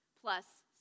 plus